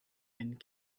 and